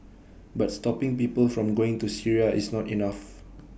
but stopping people from going to Syria is not enough